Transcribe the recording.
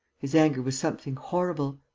his anger was something horrible.